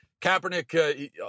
Kaepernick